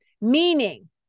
Meaning